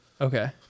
Okay